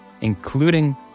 including